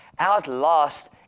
outlast